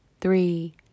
three